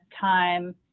time